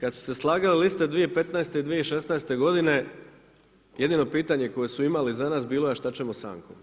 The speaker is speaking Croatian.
kad su se slagali liste 2015. i 2016. godine, jedino pitanje koje su imali za nas, a šta ćemo sa Ankom?